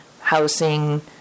housing